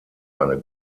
eine